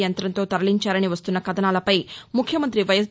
యంత్రంతో తరలించారని వస్తున్న కథనాలపై ముఖ్యమంత్రి వైఎస్